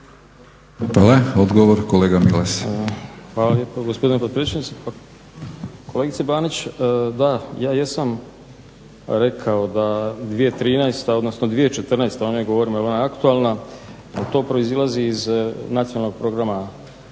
**Milas, Zvonko (HDZ)** Hvala gospodine potpredsjedniče. Kolegice Banić, da, ja jesam rekao da 2013., odnosno 2014. o njoj govorimo jer je ona aktualna, to proizlazi iz Nacionalnog programa